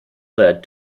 led